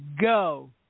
go